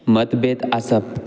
मतभेद आसप